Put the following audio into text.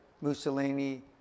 Mussolini